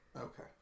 Okay